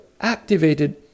activated